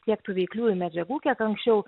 tiek tų veikliųjų medžiagų kiek anksčiau